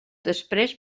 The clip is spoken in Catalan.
després